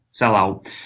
sellout